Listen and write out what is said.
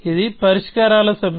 ఇది పరిష్కారాల సమితి